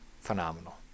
phenomenal